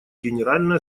генеральная